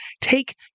take